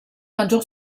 maggiore